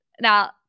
Now